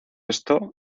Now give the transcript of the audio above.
esto